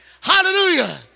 hallelujah